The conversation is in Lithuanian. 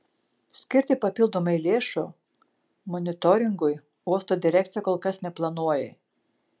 skirti papildomai lėšų monitoringui uosto direkcija kol kas neplanuoja